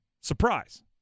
surprise